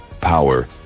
power